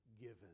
given